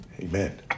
amen